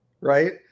right